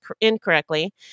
incorrectly